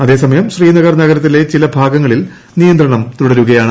അതേസമയം ശ്രീനഗർ നഗരത്തിലെ ചില ഭാഗങ്ങളിൽ നിയന്ത്രണം തുടരുകയാണ്